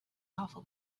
awful